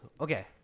Okay